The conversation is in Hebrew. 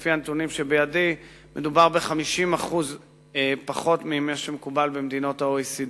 לפי הנתונים שבידי מדובר ב-50% פחות ממה שמקובל במדינות ה-OECD,